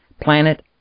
planet